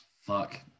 Fuck